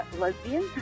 lesbian